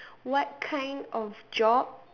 what kind of job